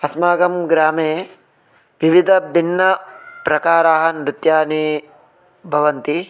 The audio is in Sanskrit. अस्माकं ग्रामे विविध भिन्न प्रकाराः नृत्यानि भवन्ति